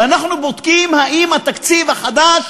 ואנחנו בודקים: האם התקציב החדש